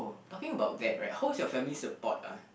talking about that right how's your family support ah